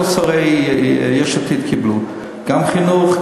כל שרי יש עתיד קיבלו: גם חינוך,